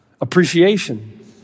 appreciation